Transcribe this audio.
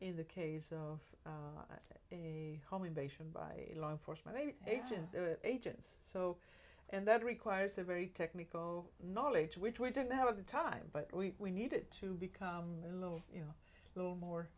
in the case of a home invasion by law enforcement agent agents so and that requires a very technical knowledge which we don't have the time but we needed to become a little you know a little more